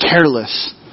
careless